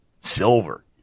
Silver